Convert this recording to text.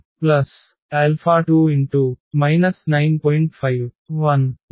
5 0 4 0